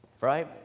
Right